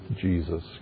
Jesus